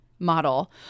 Model